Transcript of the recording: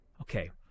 okay